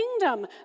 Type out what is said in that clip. kingdom